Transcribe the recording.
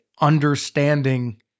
understanding